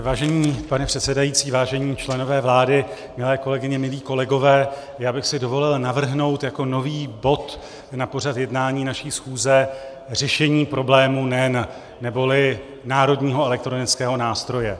Vážený pane předsedající, vážení členové vlády, milé kolegyně, milí kolegové, já bych si dovolit navrhnout jako nový bod na pořad jednání naší schůze řešení problémů NEN neboli Národního elektronického nástroje.